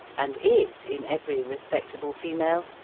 and is in every respectable female,